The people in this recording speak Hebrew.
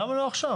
למה לא עכשיו?